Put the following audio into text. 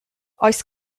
oes